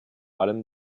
allem